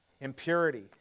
impurity